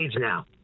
now